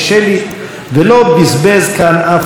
ולא בזבז כאן אף רגע לבטלה.